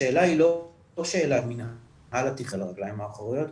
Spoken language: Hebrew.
השאלה היא לא שאלה מינהל התכנון על הרגליים האחוריות,